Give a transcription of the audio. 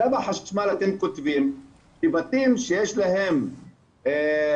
בצו החשמל אתם כותבים כי בתים שיש להם צו